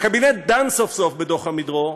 כשהקבינט דן סוף-סוף בדוח עמידרור,